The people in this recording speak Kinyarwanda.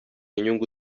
inyungu